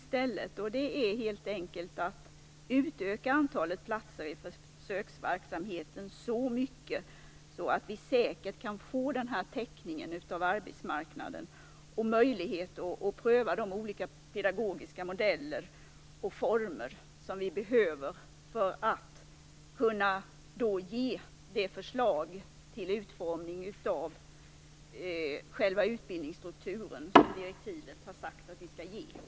Denna uppmaning är helt enkelt att man bör utöka antalet platser i försöksverksamheten så mycket att vi säkert kan få den täckning av arbetsmarknaden och de möjligheter att pröva olika pedagogiska modeller och former som vi behöver för att kunna ge de förslag till utformning av själva utbildningsstrukturen som direktiven har sagt att vi skall ge.